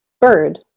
bird